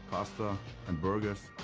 pasta and burgers.